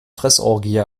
fressorgie